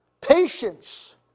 Patience